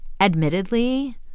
Admittedly